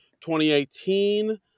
2018